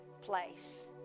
place